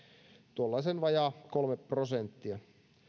tuollaisen vajaa kolme prosenttia